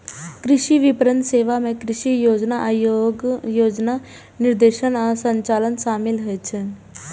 कृषि विपणन सेवा मे कृषि योजना, आयोजन, निर्देशन आ संचालन शामिल होइ छै